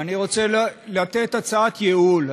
אבל אני רוצה לתת הצעת ייעול,